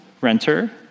renter